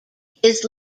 his